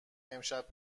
امشب